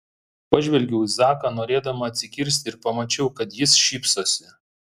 pažvelgiau į zaką norėdama atsikirsti ir pamačiau kad jis šypsosi